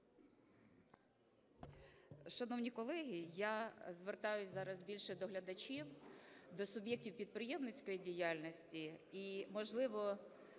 Шановні колеги, я звертаюсь зараз більше до глядачів, до суб'єктів підприємницької діяльності, і, можливо,